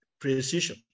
precision